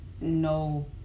no